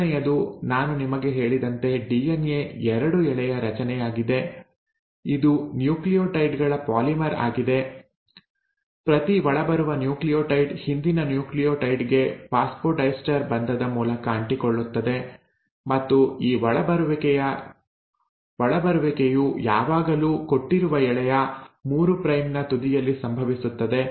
ಮೊದಲನೆಯದು ನಾನು ನಿಮಗೆ ಹೇಳಿದಂತೆ ಡಿಎನ್ಎ ಎರಡು ಎಳೆಯ ರಚನೆಯಾಗಿದೆ ಇದು ನ್ಯೂಕ್ಲಿಯೋಟೈಡ್ ಗಳ ಪಾಲಿಮರ್ ಆಗಿದೆ ಪ್ರತಿ ಒಳಬರುವ ನ್ಯೂಕ್ಲಿಯೋಟೈಡ್ ಹಿಂದಿನ ನ್ಯೂಕ್ಲಿಯೋಟೈಡ್ ಗೆ ಫಾಸ್ಫೊಡೈಸ್ಟರ್ ಬಂಧದ ಮೂಲಕ ಅಂಟಿಕೊಳ್ಳುತ್ತದೆ ಮತ್ತು ಈ ಒಳಬರುವಿಕೆಯು ಯಾವಾಗಲೂ ಕೊಟ್ಟಿರುವ ಎಳೆಯ 3 ಪ್ರೈಮ್ ನ ತುದಿಯಲ್ಲಿ ಸಂಭವಿಸುತ್ತದೆ